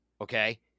Okay